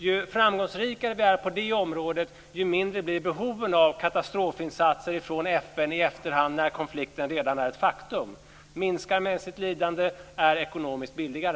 Ju framgångsrikare vi är på det området, desto mindre blir behovet av katastrofinsatser från FN i efterhand när konflikten redan är ett faktum. Det minskar mänskligt lidande och är ekonomiskt billigare.